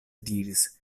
diris